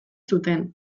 zuten